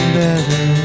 better